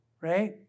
right